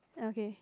okay